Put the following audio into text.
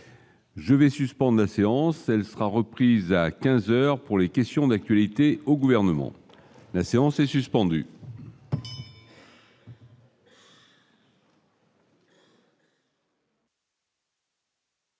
je vais suspende la séance, elle sera reprise à 15 heures pour les questions d'actualité au gouvernement, la séance est suspendue.